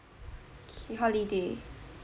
okay holiday